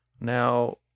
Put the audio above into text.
Now